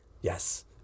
Yes